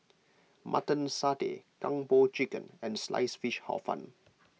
Mutton Satay Kung Po Chicken and Sliced Fish Hor Fun